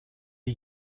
die